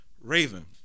Raven